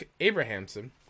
Abrahamson